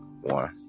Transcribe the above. One